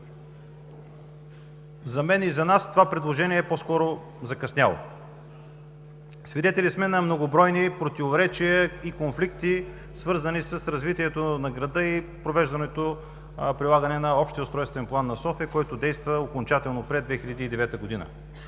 За мен и за нас това предложение е по-скоро закъсняло. Свидетели сме на многобройни противоречия и конфликти, свързани с развитието на града и прилагането на Общия устройствен план на София, който действа и окончателно е приет в 2009 г.